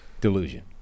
Delusion